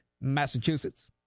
Massachusetts